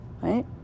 right